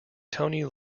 tony